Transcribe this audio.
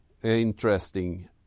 Interesting